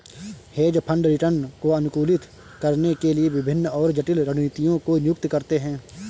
hedge fund return को अनुकूलित करने के लिए विभिन्न और जटिल रणनीतियों को नियुक्त करते हैं